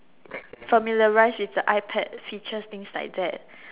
familiarized with the iPad features things like that